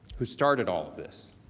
who started all this.